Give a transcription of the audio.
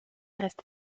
reste